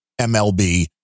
MLB